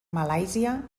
malàisia